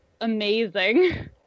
amazing